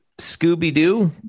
Scooby-Doo